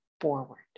forward